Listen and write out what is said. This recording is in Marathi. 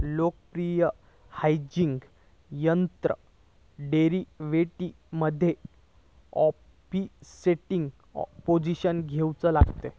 लोकप्रिय हेजिंग तंत्रात डेरीवेटीवमध्ये ओफसेटिंग पोझिशन घेउची लागता